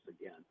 again